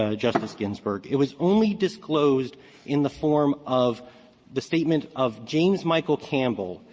ah justice ginsburg. it was only disclosed in the form of the statement of james michael campbell,